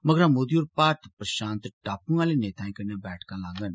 मगरा मोदी होर भारत प्रशांत टापूएं आले नेताएं कन्नै बैठक लांगन